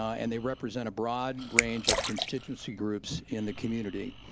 and they represent a broad range of constituency groups in the community.